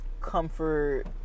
comfort